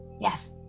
yes.